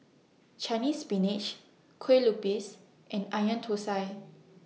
Chinese Spinach Kuih Lopes and Onion Thosai